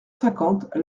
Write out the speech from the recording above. cinquante